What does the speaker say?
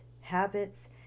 habits